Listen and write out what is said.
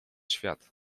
świat